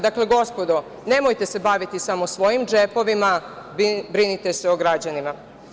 Dakle, gospodo, nemojte se baviti samo svojim džepovima, brinite se o građanima.